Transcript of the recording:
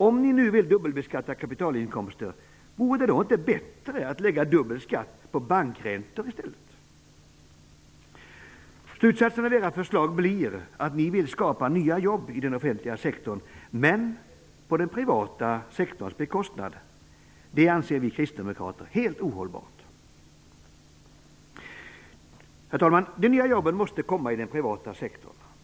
Om ni nu vill dubbelbeskatta kapitalinkomster, vore det då inte bättre att lägga dubbel skatt på bankräntor i stället? Slutsatsen av era förslag blir att ni vill skapa nya jobb i den offentliga sektorn men på den privata sektorns bekostnad. Det anser vi kristdemokrater helt ohållbart. Herr talman! De nya jobben måste komma i den privata sektorn.